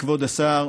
כבוד השר,